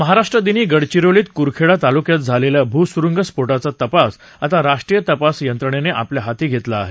महाराष्ट्रदिनी गडचिरोलीत कुरखेडा तालुक्यात झालेल्या भूसुरुंगस्फोटाचा तपास आता राष्ट्रीय तपास यंत्रेणेनं आपल्या हाती घेतला आहे